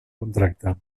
contracte